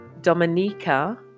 Dominica